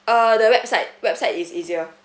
uh the website website is easier